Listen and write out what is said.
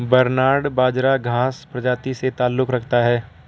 barnyard बाजरा घांस प्रजाति से ताल्लुक रखता है